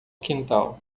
quintal